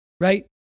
right